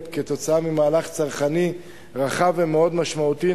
כתוצאה ממהלך צרכני רחב ומאוד משמעותי,